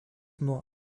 nuo